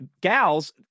gals